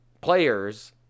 players